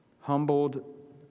humbled